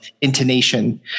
intonation